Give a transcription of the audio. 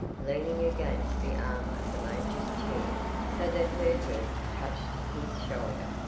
leaning against the arm of the major's chair so that her head touched his shoulder.